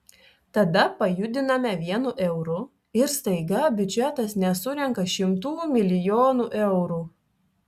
tada pajudiname vienu euru ir staiga biudžetas nesurenka šimtų milijonų eurų